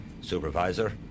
supervisor